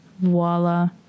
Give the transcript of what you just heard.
voila